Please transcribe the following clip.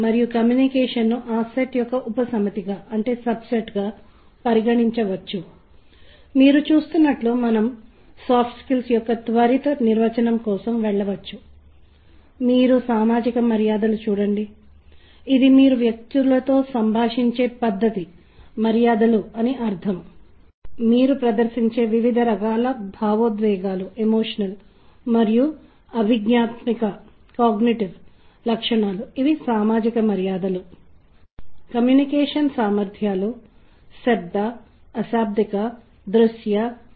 మనం సంగీతం యొక్క శ్రవణ గ్రహణశక్తిని చాలా త్వరగా అవగాహనకి వస్తాము ఇవే కీలక అంశాలు సంగీత అవగాహన మన జీవితంలో శబ్దం మరియు సంగీతం యొక్క నియమం మల్టీమీడియాలో సంగీతం జ్ఞాన సముపార్జనలో సంగీతం భావోద్వేగం మరియు చికిత్సలో సామాజిక సందర్భాలలో సంగీతం మరియు శబ్దాల ఉపయోగం మరియు దానితో మనం ఈ నిర్దిష్ట ప్రాంతం యొక్క సంక్షిప్త అన్వేషణను సాపేక్షంగా పూర్తి చేస్తాము